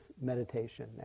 meditation